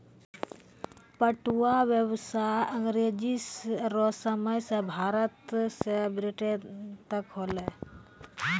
पटुआ व्यसाय अँग्रेजो रो समय से भारत से ब्रिटेन तक होलै